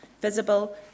visible